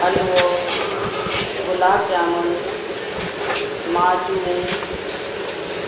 हलवो गुलाब जामुन माजूम